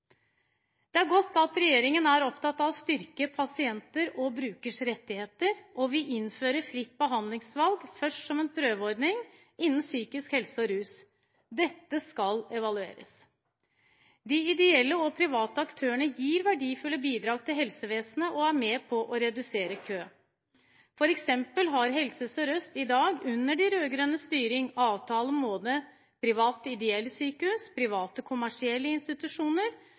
Det er godt at regjeringen er opptatt av å styrke pasienters og brukers rettigheter, og vi innfører fritt behandlingsvalg først som en prøveordning innen psykisk helse og rus. Dette skal evalueres. De ideelle og private aktørene gir verdifulle bidrag til helsevesenet og er med på å redusere kø. For eksempel har Helse Sør-Øst i dag, under de rød-grønnes styring, avtale om både private ideelle sykehus, private kommersielle